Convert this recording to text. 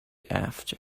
after